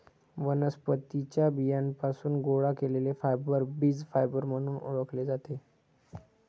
वनस्पतीं च्या बियांपासून गोळा केलेले फायबर बीज फायबर म्हणून ओळखले जातात